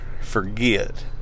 forget